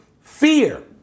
Fear